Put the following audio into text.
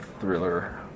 thriller